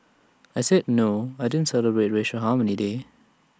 I said no I didn't celebrate racial harmony day